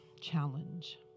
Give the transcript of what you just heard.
challenge